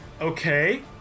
Okay